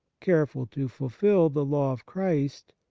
careful to fulfil the law of christ,